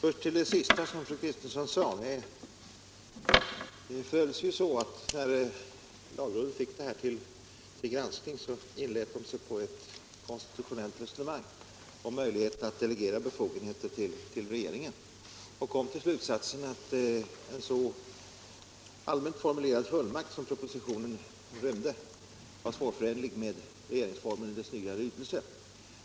Det förhåller sig så att när lagrådet fick propositionen till granskning inlät man sig på ett konstitutionellt resonemang om möjligheterna att delegera befogenheter till regeringen och kom till slutsatsen att en så allmänt formulerad fullmakt som propositionen rymde var svårförenlig med regeringsformen i dess nya lydelse.